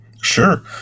Sure